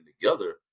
together